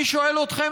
אני שואל אתכם,